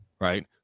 right